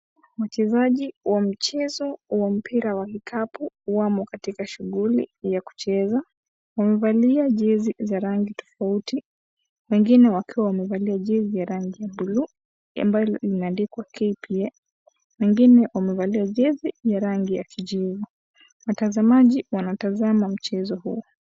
Mchezaji wa mchezo wa mpira wa vikapu wamo katika shughuli ya kucheza. Wamevalia jezi za rangi tofauti. Wengine wakiwa wamezaliwa juzi rangi ya bluu ambalo linaandikwa KPR. Wengine wamevalia jezi ya rangi ya kijivu. Watazamaji wanatazama mchezo huu.